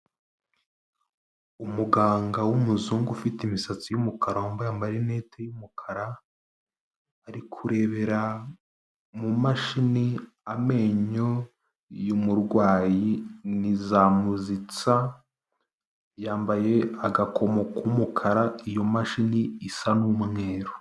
Umuganga w'umuzungu ufite imisatsi y'umukara, wambaye amarinete y'umukara ari kurebera mu mashini amenyo y'umurwayi ni za muzitsa, yambaye agakomo ku mukara, iyo mashini isa n'umweru.